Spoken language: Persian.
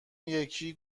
یکی